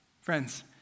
Friends